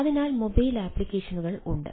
അതിനാൽ മൊബൈൽ അപ്ലിക്കേഷനുകൾ ഉണ്ട്